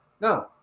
no